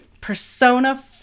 Persona